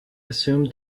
assume